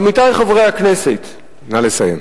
עמיתי חברי הכנסת, נא לסיים.